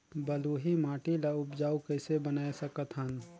बलुही माटी ल उपजाऊ कइसे बनाय सकत हन?